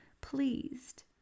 pleased